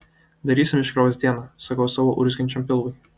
darysim iškrovos dieną sakau savo urzgiančiam pilvui